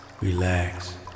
relax